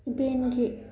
ꯏꯕꯦꯟꯒꯤ